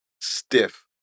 stiff